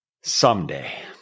Someday